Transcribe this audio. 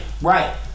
Right